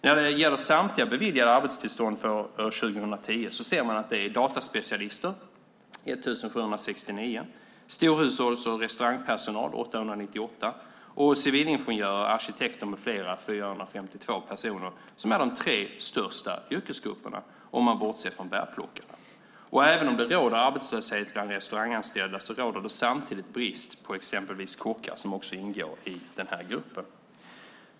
När det gäller samtliga beviljade arbetstillstånd för år 2010 ser man att 1 769 gäller dataspecialister, 898 storhushålls och restaurangpersonal och 452 civilingenjörer, arkitekter med flera. Det är de tre största yrkesgrupperna, om man bortser från bärplockare. Även om det råder arbetslöshet bland restauranganställda råder det samtidigt brist på exempelvis kockar, som också ingår i den gruppen.